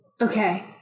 Okay